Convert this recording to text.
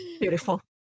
Beautiful